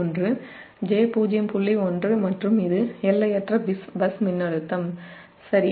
1 மற்றும் இது எல்லையற்ற பஸ் மின்னழுத்தம் சரி